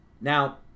Now